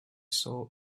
saw